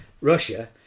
Russia